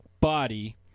body